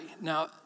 now